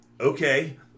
Okay